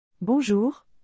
Bonjour